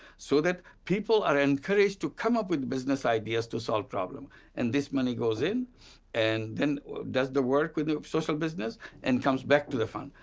so that people are encouraged to come up with business ideas to solve problem and this money goes in and then does the work with the social business and comes back to the fund.